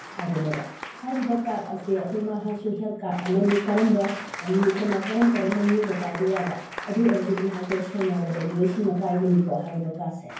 ꯍꯥꯏꯕꯅꯦꯕ ꯍꯥꯏꯔꯤꯕ ꯀꯥꯠ ꯑꯁꯦ ꯑꯩꯈꯣꯏ ꯃꯍꯥꯛꯁꯨ ꯍꯦꯜ ꯀꯥꯠ ꯑꯃꯅꯤ ꯀꯔꯝꯕ ꯃꯤ ꯀꯅꯥ ꯀꯔꯝ ꯀꯔꯝꯕ ꯃꯤꯑꯣꯏꯅ ꯄꯥꯏꯕ ꯌꯥꯕ ꯑꯗꯨ ꯑꯣꯏꯔꯒꯗꯤ ꯃꯍꯥꯛꯇꯣ ꯁꯣꯏꯅꯥꯏꯔꯕ ꯃꯤꯑꯣꯏꯁꯤꯡꯅ ꯄꯥꯏꯒꯅꯤꯀꯣ ꯍꯥꯏꯔꯤꯕ ꯀꯥꯔꯠꯁꯦ